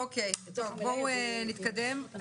אוקיי, בואו נתקדם.